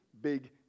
big